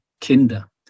Kinder